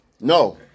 No